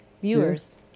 Viewers